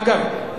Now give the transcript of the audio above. אגב,